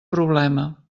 problema